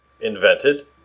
invented